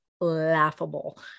laughable